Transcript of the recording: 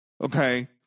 okay